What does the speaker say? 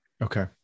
Okay